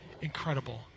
incredible